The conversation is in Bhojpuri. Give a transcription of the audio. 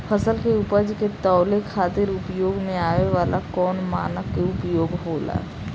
फसल के उपज के तौले खातिर उपयोग में आवे वाला कौन मानक के उपयोग होला?